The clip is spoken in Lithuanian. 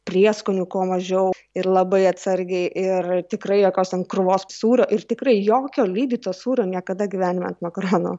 prieskonių kuo mažiau ir labai atsargiai ir tikrai jokios ten krūvos sūrio ir tikrai jokio lydyto sūrio niekada gyvenime ant makaronų